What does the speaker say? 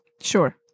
Sure